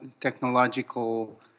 technological